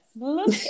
look